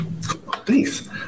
Thanks